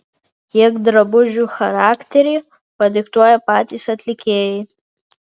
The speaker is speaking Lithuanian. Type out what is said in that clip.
kiek drabužių charakterį padiktuoja patys atlikėjai